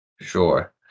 Sure